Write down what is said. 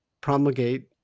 promulgate